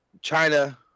China